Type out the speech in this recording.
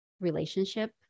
relationship